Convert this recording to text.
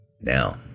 Now